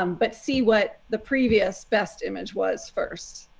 um but see what the previous best image was first.